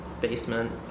basement